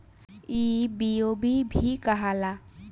ई बी.ओ.बी भी कहाला